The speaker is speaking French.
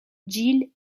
jill